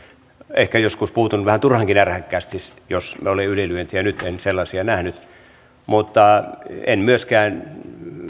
ehkä joskus puutun vähän turhankin ärhäkkäästi jos on ylilyöntejä nyt en sellaisia nähnyt mutta en myöskään